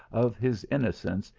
of his innocence,